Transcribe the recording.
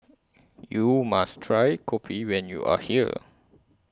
YOU must Try Kopi when YOU Are here